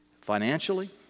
Financially